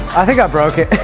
i think i broke